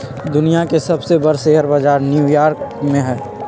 दुनिया के सबसे बर शेयर बजार न्यू यॉर्क में हई